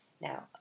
Now